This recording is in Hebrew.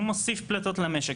הוא מוסיף פליטות למשק.